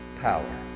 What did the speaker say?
power